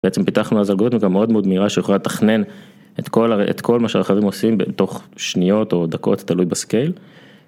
בעצם פיתחנו אז אלגוריתם, וגם מאוד מאוד נראה שיכול לתכנן את כל מה שהאחרים עושים בתוך שניות או דקות, תלוי בסקייל.